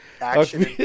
Action